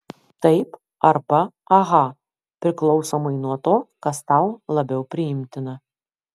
taip arba aha priklausomai nuo to kas tau labiau priimtina